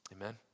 Amen